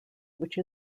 which